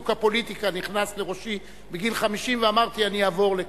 שג'וק הפוליטיקה נכנס לראשי בגיל 50 ואמרתי: אני אעבור לכאן.